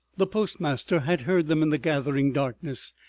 the postmaster had heard them in the gathering darkness,